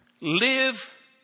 Live